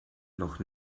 noch